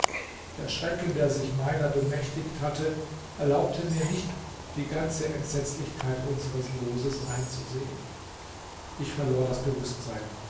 der schrecken der sich meiner bemächtigt hatte erlaubte mir nicht die ganze entsetzlichkeit unseres loses einzusehen ich verlor das bewußtsein